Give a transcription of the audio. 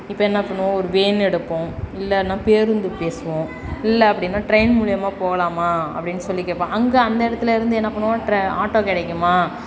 இப்போ என்ன பண்ணுவோம் ஒரு வேன் எடுப்போம் இல்லைன்னா பேருந்து பேசுவோம் இல்லை அப்படின்னா ட்ரெயின் மூலிமா போகலாமா அப்படின்னு சொல்லி கேட்போம் அங்கே அந்த இடத்துல இருந்து என்ன பண்ணுவோம் ட்ர ஆட்டோ கிடைக்குமா